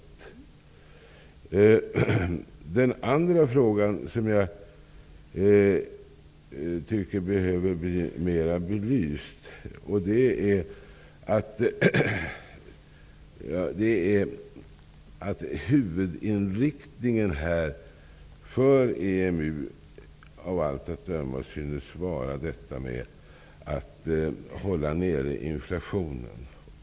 Det finns en annan fråga som jag tycker behöver bli mera belyst. Huvudinriktningen för EMU synes av allt att döma vara att hålla nere inflationen.